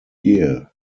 year